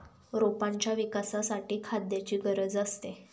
रोपांच्या विकासासाठी खाद्याची गरज असते